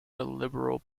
liberal